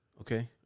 Okay